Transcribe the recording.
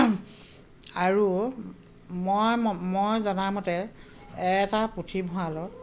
আৰু মই মই জনামতে এটা পুথিভঁৰালত